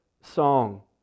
song